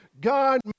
God